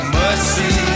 mercy